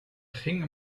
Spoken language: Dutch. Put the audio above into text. gingen